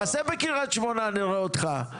תעשה בקרית שמונה נראה אותך.